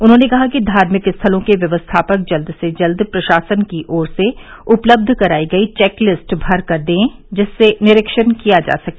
उन्होंने कहा कि धार्मिक स्थलों के व्यवस्थापक जल्द से जल्द प्रशासन की ओर से उपलब्ध कराई गई चेक लिस्ट भर कर दें जिससे निरीक्षण किया जा सके